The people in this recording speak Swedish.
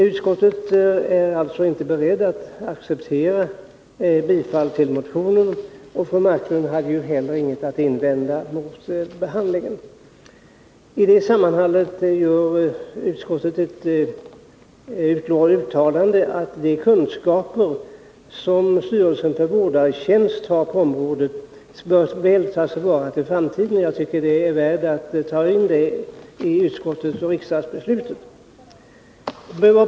Utskottet har alltså inte varit berett att tillstyrka motionen. Fru Marklund hade inte heller något att invända mot behandlingen. I detta sammanhang har utskottet uttalat att de kunskaper som styrelsen för vårdartjänst har på området bör väl tas till vara för framtiden. Jag tycker att det är värt att ta in detta i utskottsoch riksdagsbeslutet.